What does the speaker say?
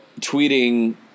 tweeting